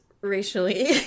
racially